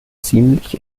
ziemlich